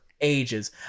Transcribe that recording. ages